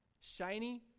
shiny